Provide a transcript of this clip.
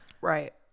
Right